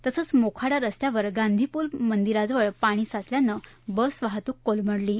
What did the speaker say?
तसंच मोखाडा रस्त्यावर गांधीपूल मंदिराजवळ पाणी साचल्यानं बस वाहतूक कोलमडली आहे